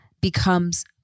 becomes